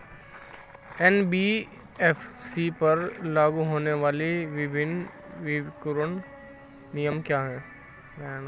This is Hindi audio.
एन.बी.एफ.सी पर लागू होने वाले विभिन्न विवेकपूर्ण नियम क्या हैं?